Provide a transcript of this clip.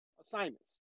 assignments